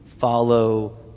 follow